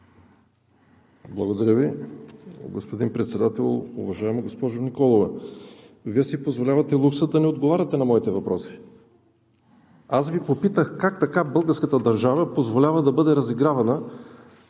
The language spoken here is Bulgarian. Благодаря Ви, господин Председател. Уважаема госпожо Николова, Вие си позволявате лукса да не отговаряте на моите въпроси. Аз Ви попитах как така българската държава позволява да бъде разигравана